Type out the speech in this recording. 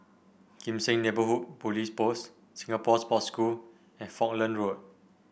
Kim Seng Neighbourhood Police Post Singapore Sports School and Falkland Road